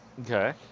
Okay